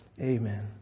amen